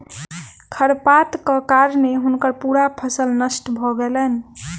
खरपातक कारणें हुनकर पूरा फसिल नष्ट भ गेलैन